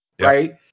right